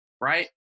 right